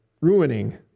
ruining